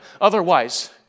otherwise